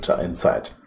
inside